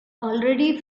already